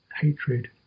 hatred